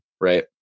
right